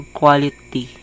quality